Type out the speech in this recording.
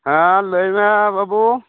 ᱦᱮᱸ ᱞᱟᱹᱭ ᱢᱮ ᱵᱟᱹᱵᱩ